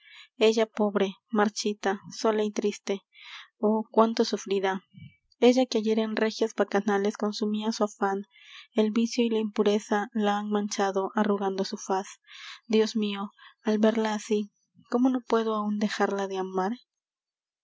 ella pobre marchita sola y triste oh cuánto sufrirá ella que ayer en régias bacanales consumia su afan el vicio y la impureza la han manchado arrugando su faz dios mio al verla así cómo no puedo áun dejarla de amar